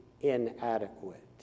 inadequate